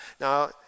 Now